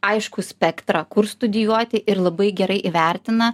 aiškų spektrą kur studijuoti ir labai gerai įvertina